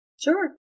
Sure